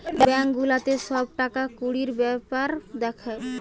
bank গুলাতে সব টাকা কুড়ির বেপার দ্যাখে